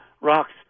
rocks